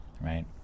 right